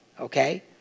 okay